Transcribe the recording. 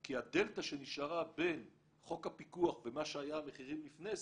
כי הדלתא שנשארה בין חוק הפיקוח ומה שהיו המחירים לפני זה,